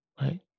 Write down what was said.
right